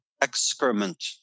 excrement